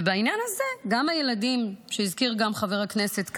ובעניין הזה, גם הילדים שהזכיר גם חבר הכנסת כץ,